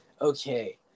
okay